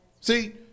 See